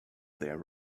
there